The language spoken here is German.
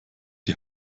die